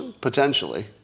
potentially